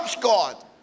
God